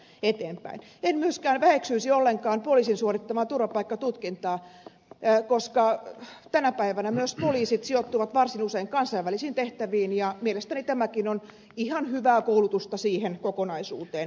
en myöskään väheksyisi ollenkaan poliisin suorittamaa turvapaikkatutkintaa koska tänä päivänä myös poliisit sijoittuvat varsin usein kansainvälisiin tehtäviin ja mielestäni tämäkin on ihan hyvää koulutusta siihen kokonaisuuteen nähden